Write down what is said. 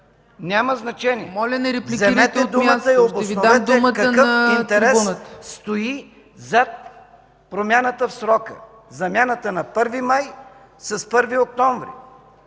Вземете думата и обосновете какъв интерес стои зад промяната в срока – замяната на 1 май с 1 октомври!